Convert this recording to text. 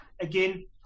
again